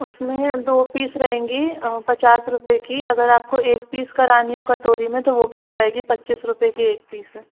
उसमें दो पीस रहेंगी पचास रुपए की अगर आपको एक पीस करानी हो कटोरी में तो वो भी हो जाएगी पच्चीस रुपए की एक पीस है